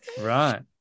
Right